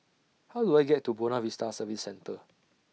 How Do I get to Buona Vista Service Centre